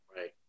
Right